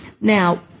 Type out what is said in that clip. Now